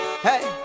Hey